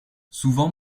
souvent